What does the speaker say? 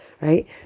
right